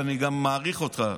ואני גם מעריך אותך,